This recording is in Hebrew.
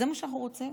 זה מה שאנחנו רוצים,